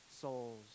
souls